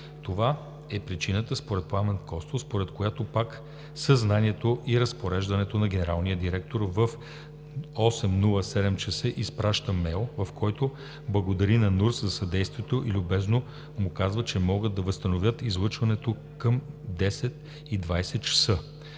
Това е причината според Пламен Костов, според която, пак със знанието и разпореждането на генералния директор, в 08,07 ч. изпраща имейл, в който благодари на НУРТС за съдействието и любезно му казва, че могат да възстановят излъчването към 10,20 ч.